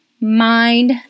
mind